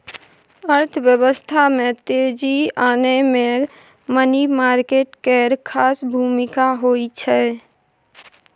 अर्थव्यवस्था में तेजी आनय मे मनी मार्केट केर खास भूमिका होइ छै